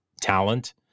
talent